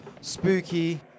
Spooky